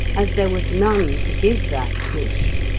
as there was none to give that push,